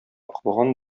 кылган